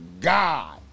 God